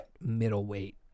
middleweight